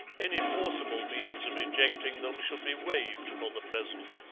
any forcible means of ejecting them should be waived for the present.